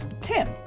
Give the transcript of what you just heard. Tim